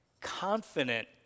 confident